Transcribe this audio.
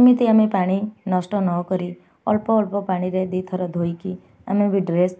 ଏମିତି ଆମେ ପାଣି ନଷ୍ଟ ନକରି ଅଳ୍ପ ଅଳ୍ପ ପାଣିରେ ଦୁଇ ଥର ଧୋଇକି ଆମେ ବି ଡ୍ରେସ୍